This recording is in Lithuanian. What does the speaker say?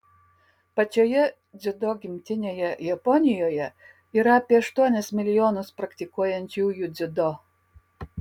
pačioje dziudo gimtinėje japonijoje yra apie aštuonis milijonus praktikuojančiųjų dziudo